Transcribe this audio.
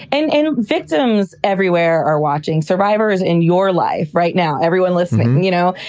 and and victims everywhere are watching. survivor is in your life right now. everyone listening you know,